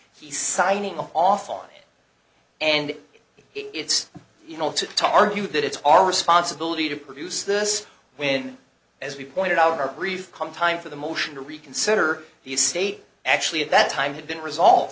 he signing off and it's you know to to argue that it's our responsibility to produce this when as we pointed out in our brief come time for the motion to reconsider the state actually at that time had been resolved